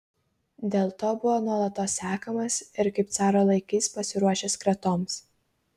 dėl to buvo nuolatos sekamas ir kaip caro laikais pasiruošęs kratoms